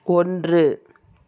ஒன்று